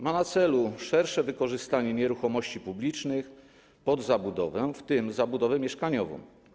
Ma na celu szersze wykorzystanie nieruchomości publicznych pod zabudowę, w tym zabudowę mieszkaniową.